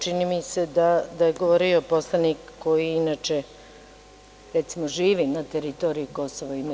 Čini mi se da je govorio poslanik koji inače recimo živi na teritoriji KiM.